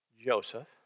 Joseph